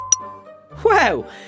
Wow